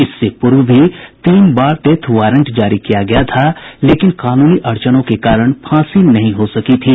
इससे पूर्व भी तीन बार डेथ वारंट जारी किया गया था लेकिन कानूनी अड़चनों के कारण फांसी नहीं हो सकी थी